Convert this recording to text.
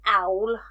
owl